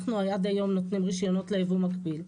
אנחנו עד היום נותנים רשיונות ליבוא מקביל,